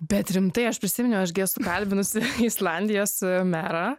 bet rimtai aš prisiminiau aš gi esu kalbinusi islandijos merą